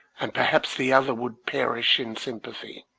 and perhaps the other would perish in sympathy.